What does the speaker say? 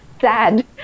sad